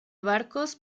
barcos